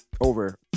Over